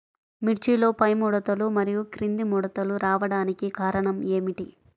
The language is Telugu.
మిర్చిలో పైముడతలు మరియు క్రింది ముడతలు రావడానికి కారణం ఏమిటి?